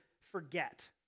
forget